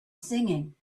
singing